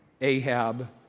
Ahab